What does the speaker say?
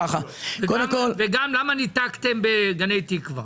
וגם למה ניתקתם בגני תקווה.